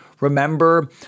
Remember